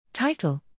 Title